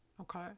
Okay